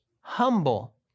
humble